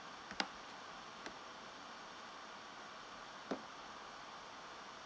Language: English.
ʍ